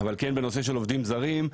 אבל כן בנושא של עובדם זרים.